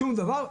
שום דבר.